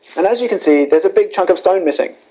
and as you can see, there's a big chunk of stone missing.